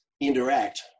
interact